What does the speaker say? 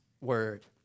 word